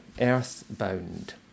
Earthbound